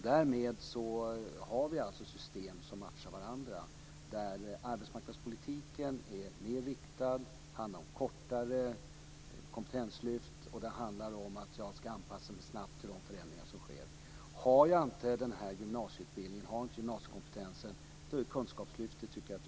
Därmed finns det system som matchar varandra. Arbetsmarknadspolitiken är mer riktad och handlar om kortare kompetenslyft och en snabb anpassning till de förändringar som sker. Har man inte gymnasiekompetens är Kunskapslyftet ett utomordentligt medel.